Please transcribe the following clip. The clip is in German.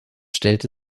stellte